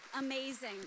Amazing